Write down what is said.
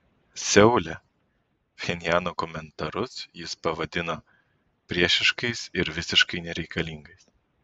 seule pchenjano komentarus jis pavadino priešiškais ir visiškai nereikalingais